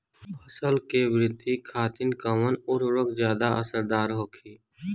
फसल के वृद्धि खातिन कवन उर्वरक ज्यादा असरदार होखि?